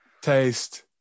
taste